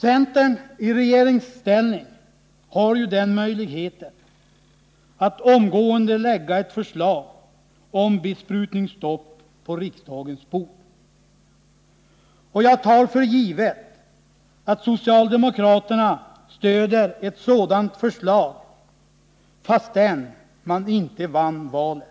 Centern i regeringsställning har ju möjlighet att lägga ett förslag om besprutningsstopp på riksdagens bord. Jag tar för givet att socialdemokraterna stöder ett sådant förslag, fastän de inte vann valet.